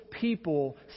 people